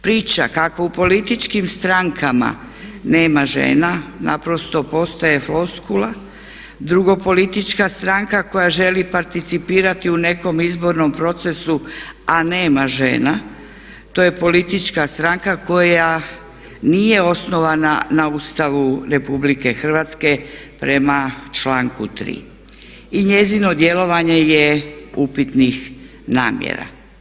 Priča kako u političkim strankama nema žena naprosto postaje floskula, drugo politička stranka koja želi participirati u nekom izbornom procesu a nema žena to je politička stranka koja nije osnovana na Ustavu RH prema članku 3. I njezino djelovanje je upitnih namjera.